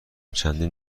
چندین